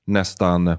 nästan